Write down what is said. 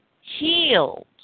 healed